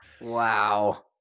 wow